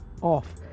off